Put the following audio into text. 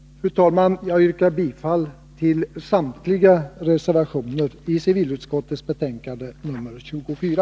Fru talman! Jag yrkar bifall till samtliga reservationer i civilutskottets betänkande nr 24.